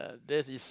that's is